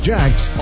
Jacks